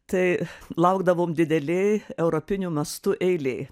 tai laukdavom didelėj europiniu mastu eilėj